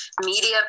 media